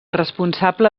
responsable